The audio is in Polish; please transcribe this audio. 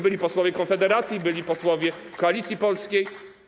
Byli posłowie Konfederacji, byli posłowie Koalicji Polskiej.